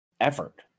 effort